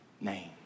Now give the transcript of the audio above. name